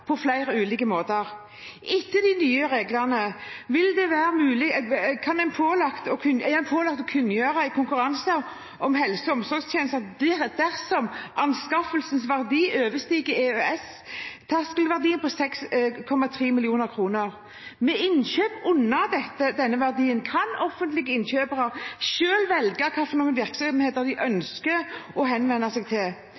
på flere ulike måter. Etter de nye reglene vil det bare være pålagt å kunngjøre konkurranser om helse- og sosialtjenester dersom anskaffelsens verdi overstiger EØS-terskelverdien på 6,3 mill. kr. Ved innkjøp under denne verdien kan offentlige innkjøpere selv velge hvilke virksomheter de